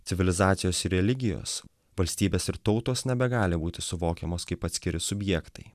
civilizacijos ir religijos valstybės ir tautos nebegali būti suvokiamos kaip atskiri subjektai